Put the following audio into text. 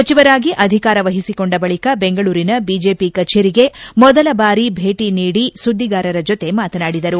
ಸಚಿವರಾಗಿ ಅಧಿಕಾರ ವಹಿಸಿಕೊಂಡ ಬಳಕ ಬೆಂಗಳೂರಿನ ಬಿಜೆಪಿ ಕಚೇರಿಗೆ ಮೊದಲ ಭಾರಿ ಭೇಟಿ ನೀಡಿ ಸುದ್ದಿಗಾರರ ಜೊತೆ ಮಾತನಾಡಿದರು